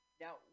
Now